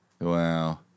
Wow